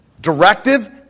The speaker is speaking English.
directive